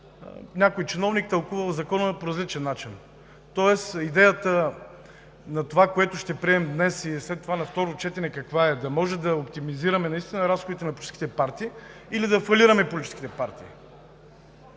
някой чиновник тълкувал Закона по различен начин. Тоест идеята на това, което ще приемем днес и след това на второ четене, каква е? Да може да оптимизираме наистина разходите на политическите партии или да фалираме политическите партии?